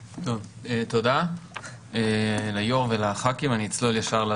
תודה ליושב-ראש ולחברי הכנסת, אני אצלול ישר.